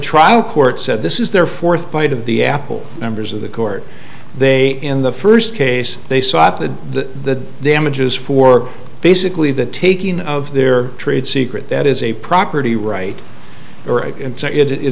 trial court said this is their fourth bite of the apple members of the court they in the first case they sought the damages for basically the taking of their trade secret that is a property right and so it